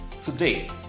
Today